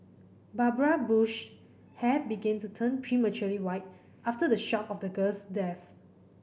Barbara Bush's hair began to turn prematurely white after the shock of the girl's death